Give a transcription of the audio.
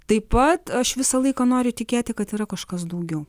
taip pat aš visą laiką noriu tikėti kad yra kažkas daugiau